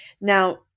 Now